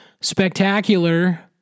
spectacular